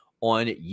on